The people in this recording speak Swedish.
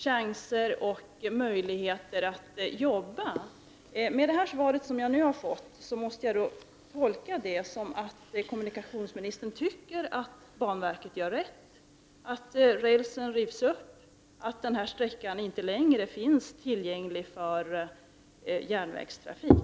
De måste få möjligheter att jobba med sådant här. Det svar som jag här har fått måste jag tolka på det sättet att kommunikationsministern tycker att banverket gör rätt, dvs. att det är riktigt att rälsen rivs upp och att sträckan inte längre skall vara tillgänglig för järnvägstrafik.